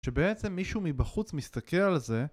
שבעצם מישהו מבחוץ מסתכל על זה